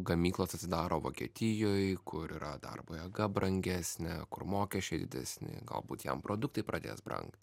gamyklos atsidaro vokietijoj kur yra darbo jėga brangesnė kur mokesčiai didesni galbūt jam produktai pradės brangti